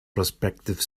prospective